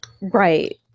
Right